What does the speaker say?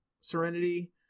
serenity